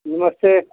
नमस्ते